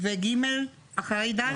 וג' אחרי ד'?